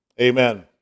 Amen